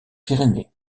pyrénées